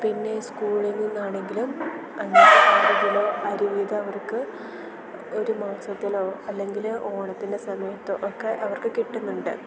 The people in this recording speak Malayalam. പിന്നെ സ്കൂളിൽ നിന്നാണെങ്കിലും അഞ്ച് അരി വീതം അവർക്ക് ഒരു മാസത്തിലോ അല്ലെങ്കില് ഓണത്തിൻ്റെ സമയത്തോ ഒക്കെ അവർക്ക് കിട്ടുന്നുണ്ട്